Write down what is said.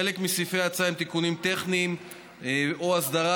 חלק מסעיפי ההצעה הם תיקונים טכניים או הסדרה